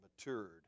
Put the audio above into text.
matured